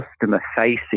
customer-facing